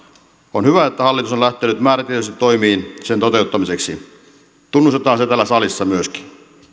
on hyvä että hallitus on lähtenyt määrätietoisesti toimiin sen toteuttamiseksi tunnustetaan se täällä salissa myöskin